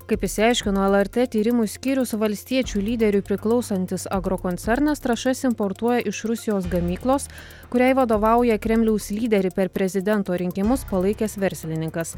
kaip išsiaiškino lrt tyrimų skyrius valstiečių lyderiui priklausantis agrokoncernas trąšas importuoja iš rusijos gamyklos kuriai vadovauja kremliaus lyderį per prezidento rinkimus palaikęs verslininkas